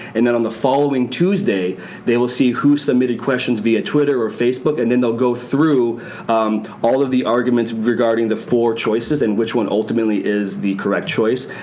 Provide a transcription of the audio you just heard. and on the following tuesday they will see who submitted questions via twitter or facebook and then they'll go through all of the arguments regarding the four choices and which one ultimately is the correct choice.